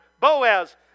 Boaz